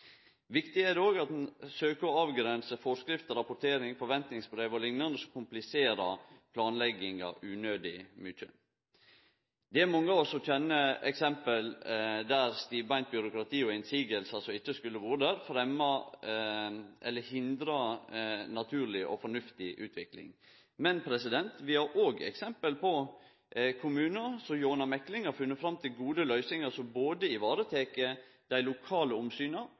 Viktig er det òg at ein søkjer å avgrense forskrifter, rapportering, forventningsbrev o.l. som kompliserer planlegginga unødig mykje. Mange av oss kjenner til eksempel der eit for stivbeint byråkrati og motsegner som ikkje skulle vore fremma, hindrar ei naturleg og fornuftig utvikling. Men vi har òg eksempel på kommunar som gjennom mekling har funne fram til gode løysingar som varetek både dei lokale og dei nasjonale omsyna.